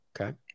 Okay